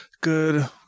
good